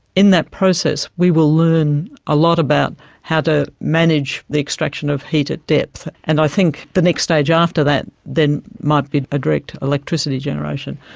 in that process we will learn a lot about how to manage the extraction of heat at depth. and i think the next stage after that might be a direct electricity generation.